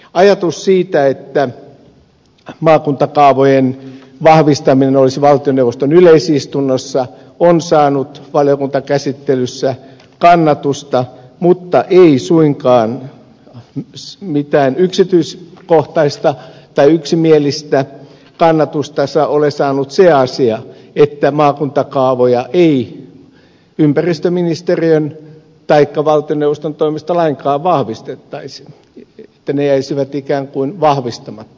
ajatus siitä että maakuntakaavojen vahvistaminen olisi valtioneuvoston yleisistunnossa on saanut valiokuntakäsittelyssä kannatusta mutta ei suinkaan mitään yksimielistä kannatusta ole saanut se asia että maakuntakaavoja ei ympäristöministeriön taikka valtioneuvoston toimesta lainkaan vahvistettaisi että ne jäisivät ikään kuin vahvistamatta